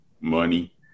money